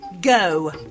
go